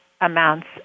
amounts